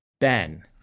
Ben